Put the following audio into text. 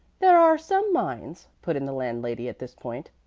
there are some minds, put in the landlady at this point,